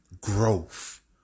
Growth